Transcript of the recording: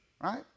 right